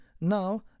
now